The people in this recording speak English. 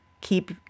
keep